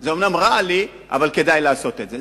זה אומנם רע לי, אבל כדאי לעשות את זה.